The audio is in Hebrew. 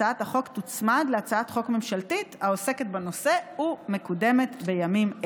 הצעת החוק תוצמד להצעת חוק ממשלתית העוסקת בנושא ומקודמת בימים אלו.